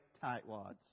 tightwads